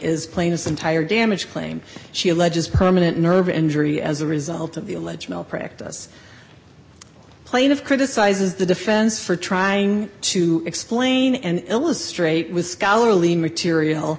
is plaintiff's entire damage claim she alleges permanent nerve injury as a result of the alleged malpractise plaintive criticizes the defense for trying to explain and illustrate with scholarly material